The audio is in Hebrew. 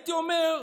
הייתי אומר,